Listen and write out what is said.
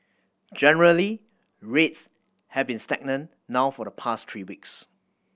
generally rates have been stagnant now for the past three weeks